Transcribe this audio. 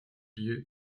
lieu